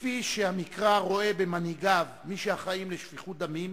כפי שהמקרא רואה במנהיגיו מי שאחראים לשפיכות דמים,